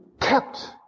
kept